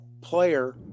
player